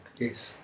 Yes